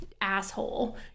asshole